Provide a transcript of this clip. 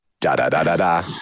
Da-da-da-da-da